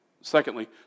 Secondly